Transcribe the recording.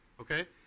Okay